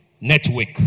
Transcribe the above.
network